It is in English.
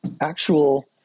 actual